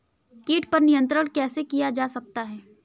कीट पर नियंत्रण कैसे किया जा सकता है?